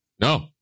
No